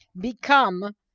become